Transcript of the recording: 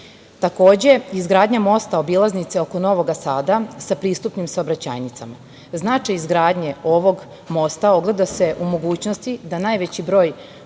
Srbiju. Takođe, izgradnja mosta obilaznice oko Novog Sada sa pristupnim saobraćajnicama. Značaj izgradnje ovog mosta ogleda se u mogućnosti da najveći broj